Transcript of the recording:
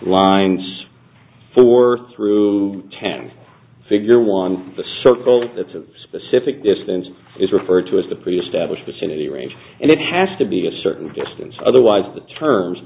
lines four through can figure one circle that's a specific distance is referred to as the pre established facility range and it has to be a certain distance otherwise the terms